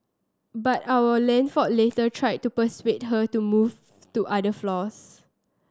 but our land for later tried to persuade her to move to other floors